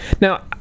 Now